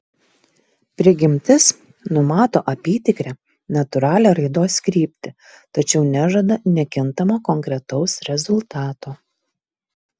prigimtis numato apytikrę natūralią raidos kryptį tačiau nežada nekintamo konkretaus rezultato